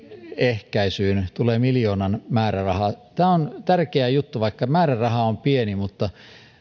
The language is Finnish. ehkäisyyn tulee miljoonan määräraha tämä on tärkeä juttu vaikka määräraha on pieni